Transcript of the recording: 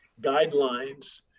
guidelines